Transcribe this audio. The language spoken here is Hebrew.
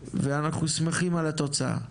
ואנחנו שמחים על התוצאה.